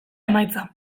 emaitza